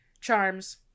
Charms